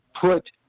put